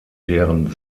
deren